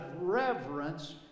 reverence